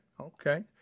Okay